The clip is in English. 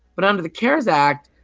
but under the cares act,